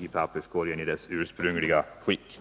i papperskorgen i sitt ursprungliga skick.